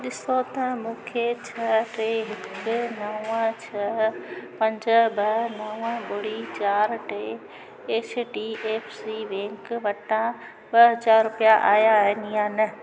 ॾिसो त मूंखे छ्ह टे हिकु नव छ्ह पंज ॿ नव ॿुड़ी चार टे एस डी एफ सी वटां ॿ हजार रुपिया आया आहिनि या न